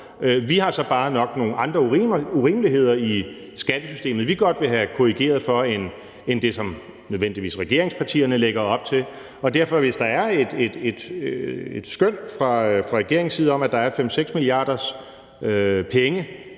Vi har så bare nok nogle andre urimeligheder i skattesystemet, vi godt vil have korrigeret for, end det, som nødvendigvis regeringspartierne lægger op til, og derfor er det, at hvis der er et skøn fra regeringens side om, at der er 5-6 milliarders penge